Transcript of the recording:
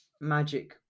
magic